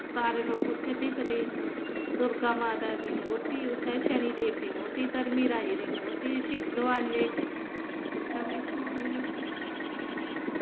ते सारे लोग उत्थें दिक्खदे दुर्गा माता दी मूरती उत्थें शनिदेव दी मूरती धर्मीराज दी मूरती शिवदोआले ते उत्थें बी साढ़े